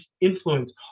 influence